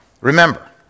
Remember